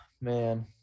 man